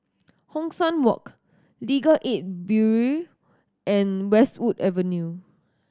Hong San Walk Legal Aid Bureau and Westwood Avenue